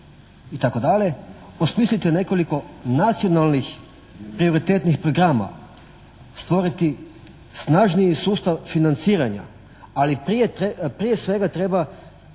osmisliti nekoliko nacionalnih prioritetnih programa, stvoriti snažniji sustav financiranja ali prije svega trebaju